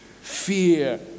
Fear